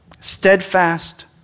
Steadfast